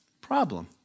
Problem